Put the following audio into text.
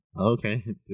Okay